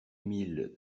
mille